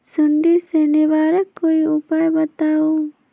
सुडी से निवारक कोई उपाय बताऊँ?